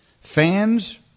fans